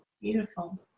Beautiful